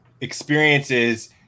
experiences